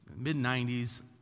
mid-'90s